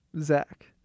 Zach